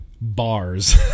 bars